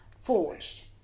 forged